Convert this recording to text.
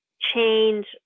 change